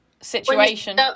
situation